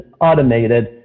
automated